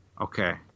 Okay